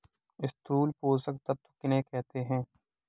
स्थूल पोषक तत्व किन्हें कहते हैं?